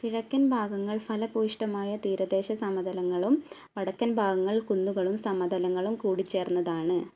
കിഴക്കൻ ഭാഗങ്ങൾ ഫലപുഷ്ഠമായ തീരദേശ സമതലങ്ങളും വടക്കൻ ഭാഗങ്ങൾ കുന്നുകളും സമതലങ്ങളും കൂടിച്ചേർന്നതാണ്